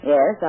Yes